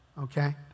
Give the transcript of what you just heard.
okay